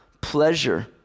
pleasure